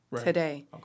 today